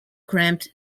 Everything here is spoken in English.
cramped